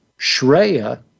Shreya